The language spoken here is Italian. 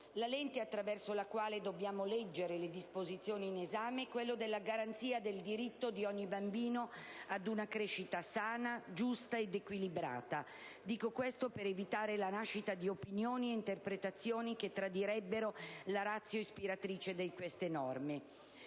La lente attraverso la quale dobbiamo leggere le disposizioni in esame è quella della garanzia del diritto di ogni bambino ad una crescita sana, giusta ed equilibrata. Dico questo per evitare la nascita di opinioni e interpretazioni che tradirebbero la *ratio* ispiratrice di queste norme.